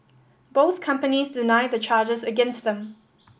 both companies deny the charges against them